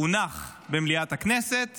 הונח במליאת הכנסת